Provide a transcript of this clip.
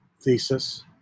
thesis